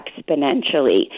exponentially